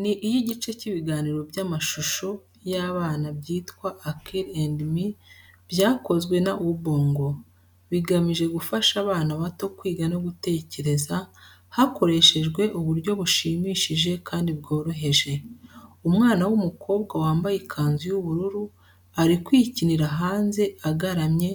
Ni iy'igice cy'ibiganiro by'amashusho y'abana byitwa "Akili and Me," byakozwe na Ubongo. Bigamije gufasha abana bato kwiga no gutekereza hakoreshejwe uburyo bushimishije kandi bworoheje. Umwana w’umukobwa wambaye ikanzu y’ubururu ari kwikinira hanze agaramye